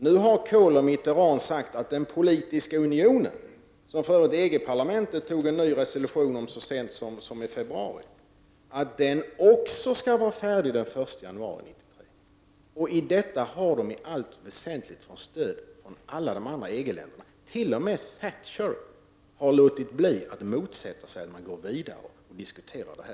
Nu har Kohl och Mitterrand sagt att den politiska unionen, som EG-parlamentet antog en ny resolution om så sent som i februari, också skall vara färdig den 1 januari 1993. Detta har de i allt väsentligt fått stöd för från alla de andra EG-länderna. T.o.m. Thatcher har låtit bli att motsätta sig att man går vidare och diskuterar detta.